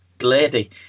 Lady